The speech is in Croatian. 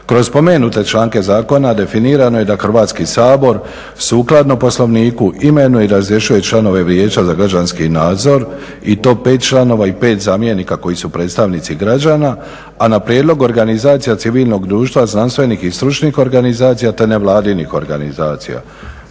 Kroz spomenute članke zakona definirano je da Hrvatski sabor sukladno poslovniku imenuje i razrješuje članove Vijeća za građanski nadzor i to pet članova i pet zamjenika koji su predstavnici građana, a na prijedlog organizacija civilnog društva, znanstvenih i stručnih organizacija te nevladinih organizacija.